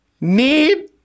need